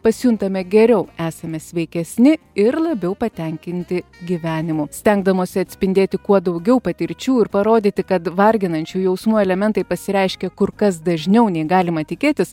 pasijuntame geriau esame sveikesni ir labiau patenkinti gyvenimu stengdamosi atspindėti kuo daugiau patirčių ir parodyti kad varginančių jausmų elementai pasireiškia kur kas dažniau nei galima tikėtis